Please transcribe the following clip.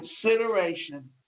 consideration